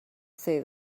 say